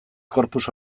corpus